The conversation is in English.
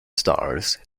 stars